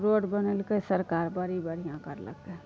road बनेलकै सरकार बड़ी बढ़िआँ करलकै